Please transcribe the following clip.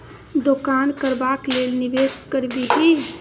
दोकान करबाक लेल निवेश करबिही